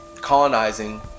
colonizing